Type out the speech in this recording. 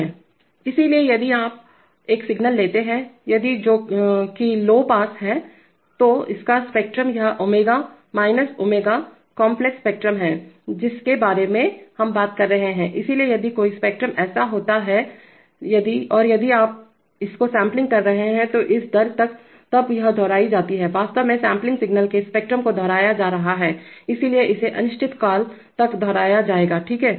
इसलिए यदि आप यदि आप एक सिग्नल लेते हैं जो कि लौ पासहैतो इसका स्पेक्ट्रम यह ओमेगा माइनस ओमेगाकाम्प्लेक्स स्पेक्ट्रम है जिसके बारे में हम बात कर रहे हैं इसलिए यदि कोई स्पेक्ट्रम ऐसा है तो और यदि आप इसको सैंपलिंग कर रहे हो इस दर तब यह दोहराई जाती है वास्तव में सैंपलिंग सिग्नल के स्पेक्ट्रम को दोहराया जा रहा है इसलिए इसे अनिश्चित काल तक दोहराया जाएगा ठीक है